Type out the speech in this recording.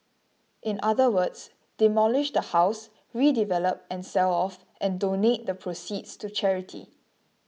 in other words demolish the house redevelop and sell off and donate the proceeds to charity